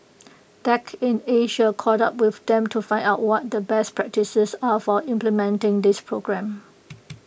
tech in Asia caught up with them to find out what the best practices are for implementing this program